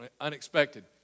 Unexpected